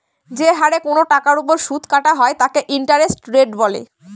যে হারে কোনো টাকার ওপর সুদ কাটা হয় তাকে ইন্টারেস্ট রেট বলে